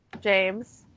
James